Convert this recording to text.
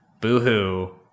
boohoo